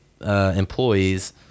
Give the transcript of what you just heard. employees